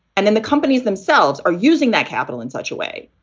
and then the companies themselves are using that capital in such a way,